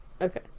okay